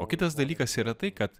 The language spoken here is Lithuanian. o kitas dalykas yra tai kad